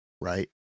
right